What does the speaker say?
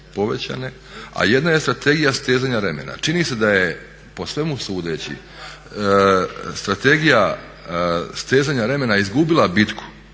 a jedna je strategija stezanja remena. Čini se da je po svemu sudeći strategija stezanja remena izgubila bitku